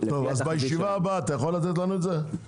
התחזית --- אתה יכול לתת לנו את זה בישיבה הבאה?